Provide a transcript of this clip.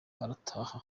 arataha